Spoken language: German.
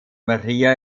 maria